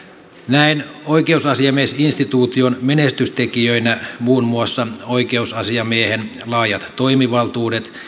näen oikeusasiamiesinstituution menestystekijöinä muun muassa oikeusasiamiehen laajat toimivaltuudet